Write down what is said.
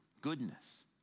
goodness